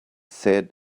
said